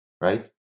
right